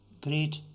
great